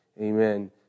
Amen